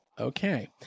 Okay